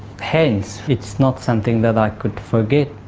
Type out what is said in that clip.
hands. it's not something that i could forget.